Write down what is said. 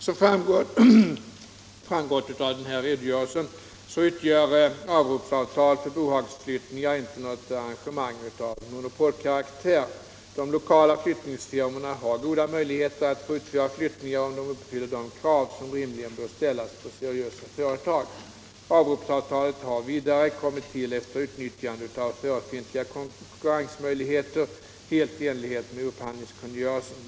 Som framgått av min redogörelse utgör avropsavtalet för bohagsflyttningar inte något arrangemang av monopolkaraktär. De lokala flyttningsfirmorna har goda möjligheter att få utföra flyttningar om de uppfyller de krav som rimligen bör ställas på seriösa företag. Avropsavtalet har vidare tillkommit efter utnyttjande av förefintliga konkurrensmöjligheter helt i enlighet med upphandlingskungörelsen.